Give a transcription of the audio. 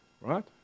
right